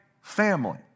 family